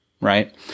Right